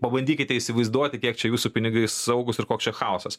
pabandykite įsivaizduoti kiek čia jūsų pinigai saugūs ir koks čia chaosas